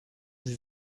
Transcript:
sie